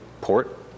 port